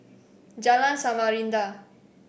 Jalan Samarinda